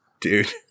dude